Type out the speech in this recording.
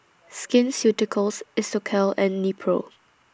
Skin Ceuticals Isocal and Nepro